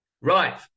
Right